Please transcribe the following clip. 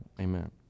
amen